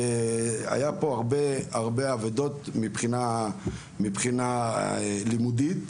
היו פה הרבה אבדות של תלמידים מבחינה לימודית,